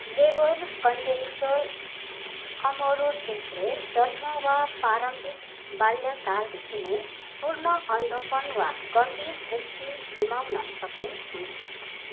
labour congenital अमोरोसिसले जन्म वा प्रारम्भिक बाल्यकालदेखि नै पूर्ण अन्धोपन वा गम्भीर दृष्टि गुमाउन सक्ने हुन्छ